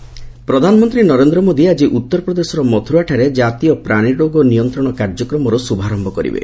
PM Mathura ପ୍ରଧାନମନ୍ତ୍ରୀ ନରେନ୍ଦ୍ର ମୋଦୀ ଆଜି ଉତ୍ତରପ୍ରଦେଶର ମଥୁରାଠାରେ ଜାତୀୟ ପ୍ରାଣୀରୋଗ ନିୟନ୍ତ୍ରଣ କାର୍ଯ୍ୟକ୍ରମର ଶୁଭାରମ୍ଭ କରିବେ